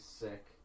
sick